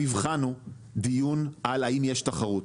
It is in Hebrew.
המבחן הוא דיון על האם יש תחרות.